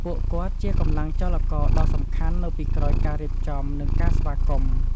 ការរៀបចំ និងបង្ហាញទីកន្លែងអង្គុយជាភារកិច្ចរបស់ពុទ្ធបរិស័ទ ដោយពួកគេធានាថា ទីកន្លែងអង្គុយមានភាពស្អាតបាត មានផាសុកភាព ទាំងកៅអី ឬកម្រាលសម្រាប់អង្គុយ។